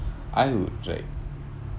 I would like